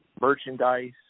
merchandise